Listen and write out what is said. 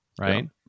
right